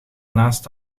naast